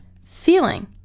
feeling